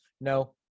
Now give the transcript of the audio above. No